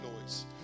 noise